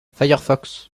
firefox